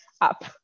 up